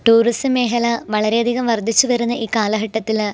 tourism മേഘല വളരെയധികം വർദ്ധിച്ച് വരുന്ന ഈ കാലഘട്ടത്തിൽ